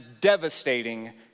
devastating